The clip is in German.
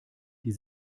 die